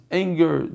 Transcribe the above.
anger